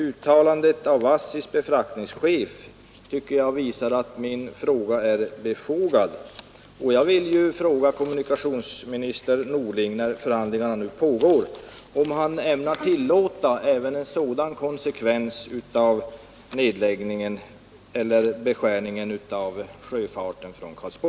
Uttalandet av ASSI:s befraktningschef tycker jag visar att min fråga är tionsminister Norling, om han ämnar tillåta även en sådan konsekvens av